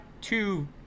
two